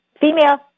Female